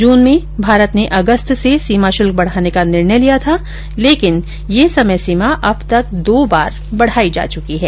जून में भारत ने अगस्त से सीमा शुल्क बढ़ाने का निर्णय लिया था लेकिन यह समय सीमा अब तक दो बार बढ़ाई जा चुकी है